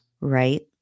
Right